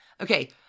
Okay